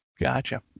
Gotcha